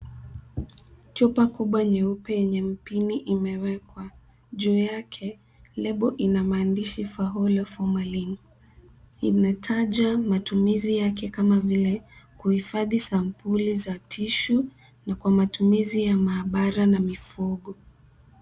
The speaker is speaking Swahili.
Chupa kubwa nyeupe yenye mpini imewekwa. Juu yake, lebo ina maandishi Faholo Formalin. Imetaja matumizi yake kama vile kuhifadhi sampuli za tishu na kwa matumizi ya maabara na mifugo.